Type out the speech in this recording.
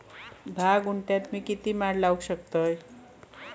धा गुंठयात मी किती माड लावू शकतय?